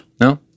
No